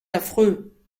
affreux